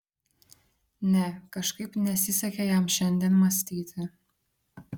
ne kažkaip nesisekė jam šiandien mąstyti